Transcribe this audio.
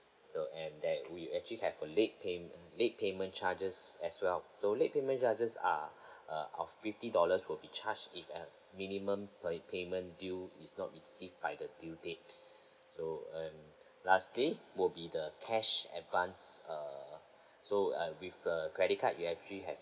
so and that we actually have a late payment late payment charges as well so late payment charges are uh of fifty dollars will be charged if err minimum pay~ payment due is not received by the due date so err lastly will be the cash advance err so uh with the credit card you actually have